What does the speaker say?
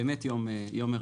באמת יום מרגש,